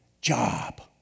job